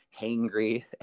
hangry